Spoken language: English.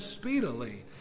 speedily